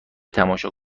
تماشا